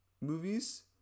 movies